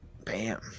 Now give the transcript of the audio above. bam